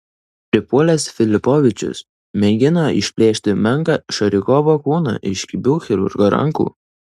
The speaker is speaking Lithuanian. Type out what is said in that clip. pripuolęs filipovičius mėgino išplėšti menką šarikovo kūną iš kibių chirurgo rankų